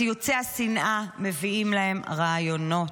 ציוצי השנאה מביאים להם רעיונות.